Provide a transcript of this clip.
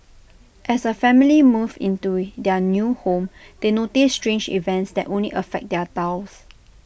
as A family moves into their new home they notice strange events that only affect their tiles